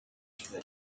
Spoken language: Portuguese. estão